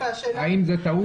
האם זה טעות?